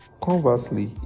conversely